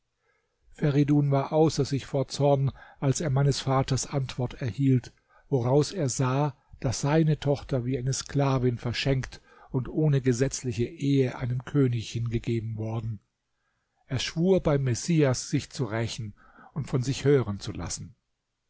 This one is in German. feridun war außer sich vor zorn als er meines vaters antwort erhielt woraus er sah daß seine tochter wie eine sklavin verschenkt und ohne gesetzliche ehe einem könig hingegeben worden er schwur beim messias sich zu rächen und von sich hören zu lassen